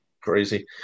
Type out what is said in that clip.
crazy